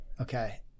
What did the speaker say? Okay